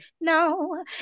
no